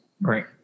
right